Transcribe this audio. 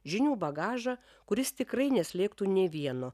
žinių bagažą kuris tikrai neslėgtų nei vieno